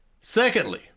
Secondly